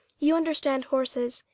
you understand horses,